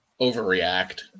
overreact